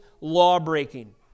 law-breaking